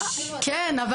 כן,